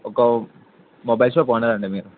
ఒక mobile shop ఉన్నారండి మీరు